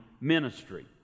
ministry